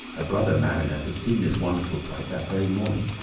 a brother mariner had seen this wonderful sight that very morning.